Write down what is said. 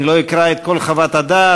אני לא אקרא את כל חוות הדעת,